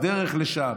בדרך לשם.